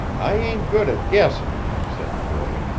i ain't good at guessing, said porter,